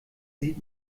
sieht